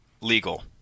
legal